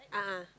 a'ah